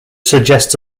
suggests